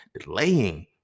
delaying